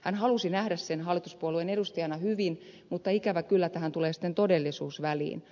hän halusi nähdä sen hallituspuolueen edustajana hyvin mutta ikävä kyllä tähän tulee sitten todellisuus väliin